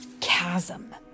chasm